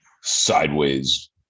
sideways